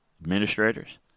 administrators